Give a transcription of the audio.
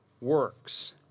works